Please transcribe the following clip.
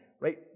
right